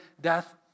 death